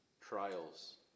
trials